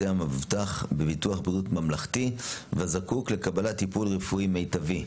המבוטח בביטוח בריאות ממלכתי ושזקוק לקבלת טיפול רפואי מיטבי.